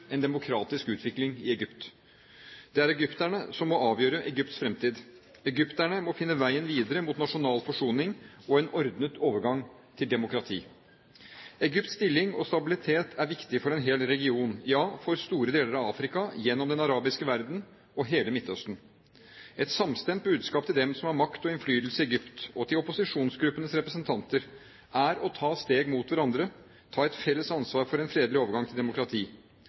en demokratisk utvikling i Egypt. Det er egypterne som må avgjøre Egypts fremtid. Egypterne må finne veien videre mot nasjonal forsoning og en ordnet overgang til demokrati. Egypts stilling og stabilitet er viktig for en hel region – ja, for store deler av Afrika, gjennom den arabiske verden og hele Midtøsten. Et samstemt budskap til dem som har makt og innflytelse i Egypt – og til opposisjonsgruppenes representanter – er å ta steg mot hverandre, ta et felles ansvar for en fredelig overgang til demokrati.